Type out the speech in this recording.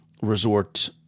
resort